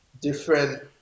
different